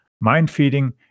mind-feeding